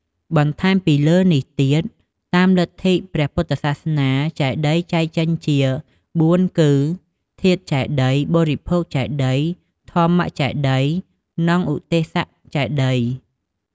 បន្ថែមពីលើនេះទៀត តាមលិទ្ធព្រះពុទ្ធសាសនាចេតិយចែកចេញជា៤គឺ ធាតុចេតិយ បរិភោគចេតិយ ធម្មចេតិយ និងឧទ្ទេសកចេតិយ។